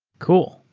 cool.